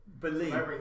believe